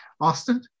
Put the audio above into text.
Austin